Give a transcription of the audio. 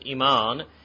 iman